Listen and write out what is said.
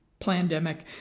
plandemic